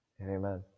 amen